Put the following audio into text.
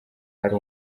ari